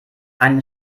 einen